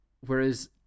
Whereas